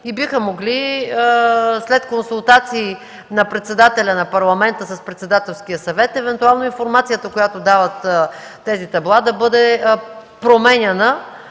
и биха могли след консултации на председателя на Парламента с Председателския съвет, евентуално информацията, която дават тези табла, да бъде променяна.